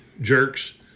jerks